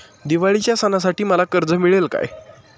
दिवाळीच्या सणासाठी मला कर्ज मिळेल काय?